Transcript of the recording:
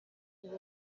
gihe